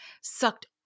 sucked